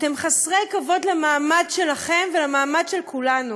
אתם חסרי כבוד למעמד שלכם ולמעמד של כולנו,